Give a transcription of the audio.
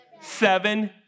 Seven